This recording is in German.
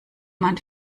man